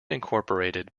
incorporated